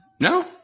No